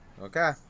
Okay